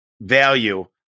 value